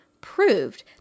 proved